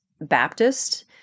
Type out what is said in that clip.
Baptist